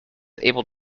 able